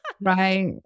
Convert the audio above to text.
Right